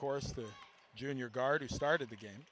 course the junior guard who started the game